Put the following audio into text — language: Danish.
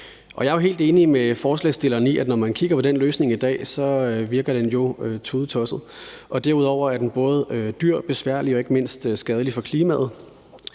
Jeg er jo helt enig med forslagsstillerne i, at når man kigger på den løsning i dag, virker den tudetosset. Derudover er den både dyr, besværlig og ikke mindst skadelig for klimaet,